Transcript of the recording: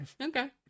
Okay